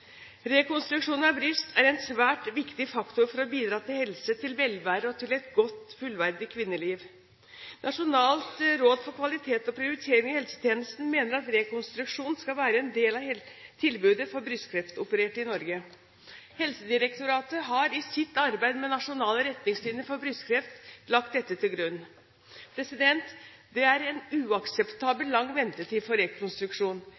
Rekonstruksjon av bryst er en svært viktig faktor for å bidra til helse, velvære og et godt og fullverdig kvinneliv. Nasjonalt råd for kvalitet og prioritering i helse- og omsorgstjenesten mener at rekonstruksjon skal være en del av tilbudet for brystkreftopererte i Norge. Helsedirektoratet har i sitt arbeid med nasjonale retningslinjer for brystkreft lagt dette til grunn. Det er en uakseptabelt lang ventetid for rekonstruksjon.